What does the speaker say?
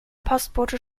postbote